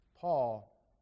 Paul